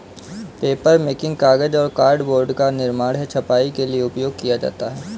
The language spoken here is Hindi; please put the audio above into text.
पेपरमेकिंग कागज और कार्डबोर्ड का निर्माण है छपाई के लिए उपयोग किया जाता है